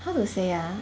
how to say ah